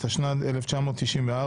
התשנ"ד-1994,